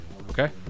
Okay